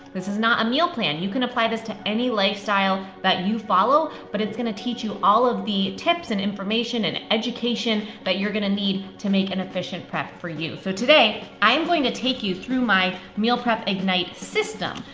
this is not a meal plan. you can apply this to any lifestyle that you follow. but it's gonna teach you all of the tips and information and education that you're gonna need to make an efficient prep for you. so today, i am going to take you through my meal prep ignite system,